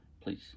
please